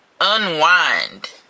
unwind